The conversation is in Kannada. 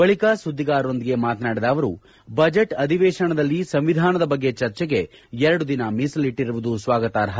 ಬಳಿಕ ಸುದ್ದಿಗರರೊಂದಿಗೆ ಮಾತನಾಡಿದ ಅವರು ಬಜೆಟ್ ಅಧಿವೇಶನದಲ್ಲಿ ಸಂವಿಧಾನದ ಬಗ್ಗೆ ಚರ್ಜೆಗೆ ಎರಡು ದಿನ ಮೀಲಿಟ್ಟರುವುದು ಸ್ವಾಗತಾರ್ಹ